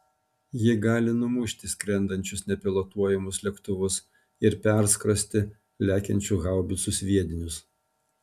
ji gali numušti skrendančius nepilotuojamus lėktuvus ir perskrosti lekiančius haubicų sviedinius